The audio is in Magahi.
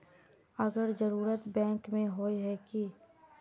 अगर जरूरत बैंक में होय है की?